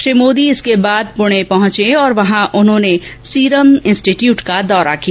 श्री मोदी इसके बाद पुणे पहुंचे और वहां उन्होंने सीरम इंस्टीट्यूट का दौरा किया